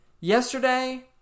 Yesterday